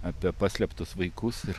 apie paslėptus vaikus ir